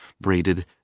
braided